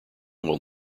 will